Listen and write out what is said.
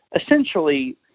essentially